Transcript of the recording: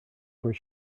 where